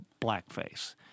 blackface